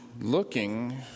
looking